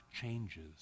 changes